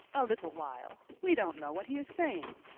a little while we don't know what he is saying.